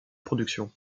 production